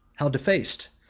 how defaced!